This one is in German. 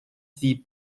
sie